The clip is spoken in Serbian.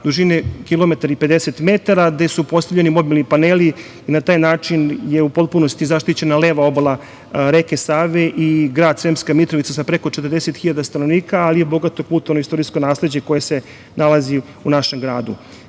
dužine kilometar i 50 metara, gde su postavljeni mobilni paneli. Na taj način je u potpunosti zaštićena leva obala reke Save i grad Sremska Mitrovica sa preko 40.000 stanovnika, ali i bogato kulturnoistorijsko nasleđe koje se nalazi u našem gradu.